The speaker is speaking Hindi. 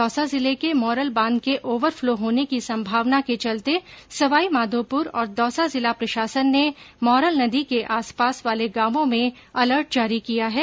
दौसा जिले को मोरेल बांध के ओवर फ्लो होने की संभावना के चलते सवाईमाधोपुर और दौसा जिला प्रशासन ने मोरल नदी के आस पास वाले गांवों में अलर्ट जारी किया है